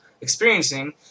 experiencing